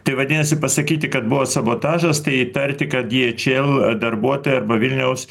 tai vadinasi pasakyti kad buvo sabotažas tai įtarti kad dieičel darbuotojai arba vilniaus